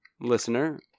listener